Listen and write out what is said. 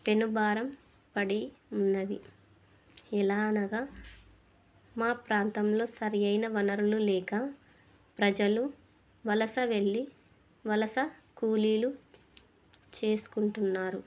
పెనుబారం పడి ఉన్నది ఎలా అనగా మా ప్రాంతంలో సరి అయిన వనరులు లేక ప్రజలు వలస వెళ్లి వలస కూలీలు చేసుకుంటున్నారు